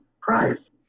price